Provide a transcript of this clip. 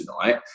tonight